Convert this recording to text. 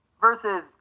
versus